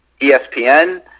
ESPN